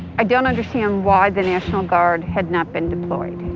i don't understand why the national guard had not been deployed.